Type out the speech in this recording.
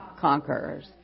conquerors